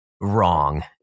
wrong